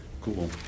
Cool